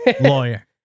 Lawyer